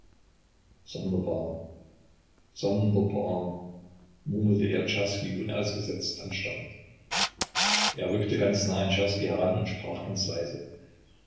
sonderbar sonderbar murmelte er czerski unausgesetzt anstarrend er rückte ganz nahe an czerski heran und sprach ganz leise